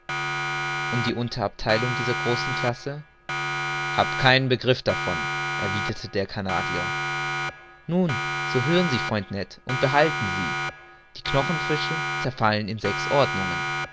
und die unterabtheilung dieser großen classe hab keinen begriff davon erwiderte der canadier nun so hören sie freund ned und behalten sie die knochenfische zerfallen in sechs ordnungen